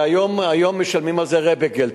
והיום משלמים על זה "רבי געלט",